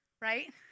right